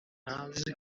ntazi